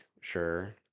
sure